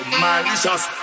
malicious